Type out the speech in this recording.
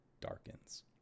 darkens